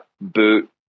Boot